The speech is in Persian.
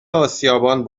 آسیابان